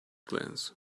glance